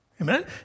Amen